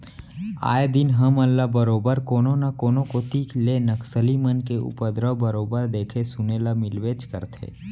आए दिन हमन ल बरोबर कोनो न कोनो कोती ले नक्सली मन के उपदरव बरोबर देखे सुने ल मिलबेच करथे